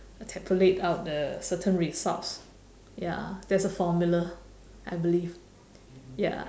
tabulate out the certain results ya there's a formula I believe ya